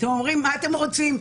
אתם אומרים: מה אתם רוצים?